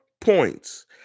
points